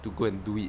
to go and do it